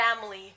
family